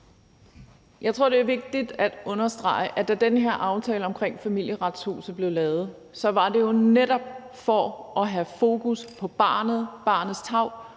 Jeg tror, det er vigtigt at understrege, at da den her aftale omkring Familieretshuset blev lavet, var det netop for at have fokus på barnet og barnets tarv